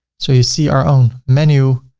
so you see our own menu.